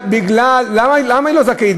למה היא לא זכאית?